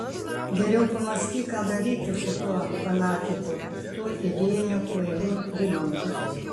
geriau pamąstyk ką daryti su tuo fanatiku tuo idėjiniu kvailiu rimantu